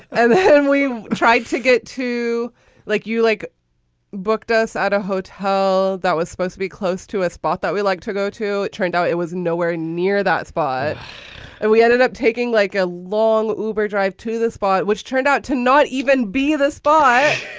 and then we tried to get to like you like booked us at a hotel that was supposed to be close to a spot that we like to go to it turned out it was nowhere near that spot and we ended up taking like a long uber drive to the spot, which turned out to not even be the spy.